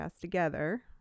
together